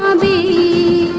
ah the